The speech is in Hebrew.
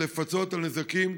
לפצות על נזקים,